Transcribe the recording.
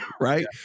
right